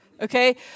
Okay